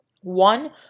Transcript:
One